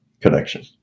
connection